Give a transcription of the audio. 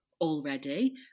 already